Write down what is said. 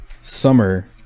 Summer